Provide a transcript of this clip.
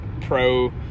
pro